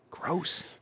gross